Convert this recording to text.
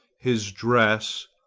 his dress,